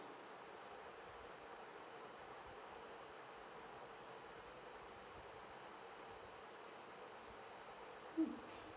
mm